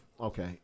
okay